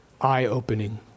eye-opening